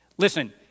Listen